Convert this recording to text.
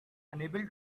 unable